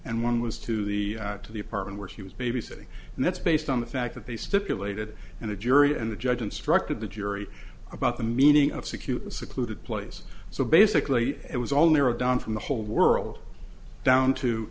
and one was to the to the apartment where he was babysitting and that's based on the fact that they stipulated and the jury and the judge instructed the jury about the meaning of ciccu secluded place so basically it was all narrowed down from the whole world down to